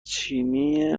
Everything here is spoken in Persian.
چینی